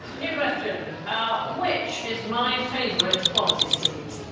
new question which is my favorite quality street,